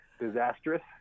disastrous